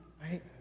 right